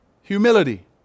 humility